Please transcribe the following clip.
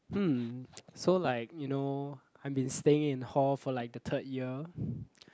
hmm so like you know I've been staying in hall for like the third year